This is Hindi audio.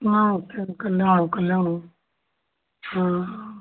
हाँ कल्याण हो कल्याण हाँ